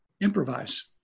improvise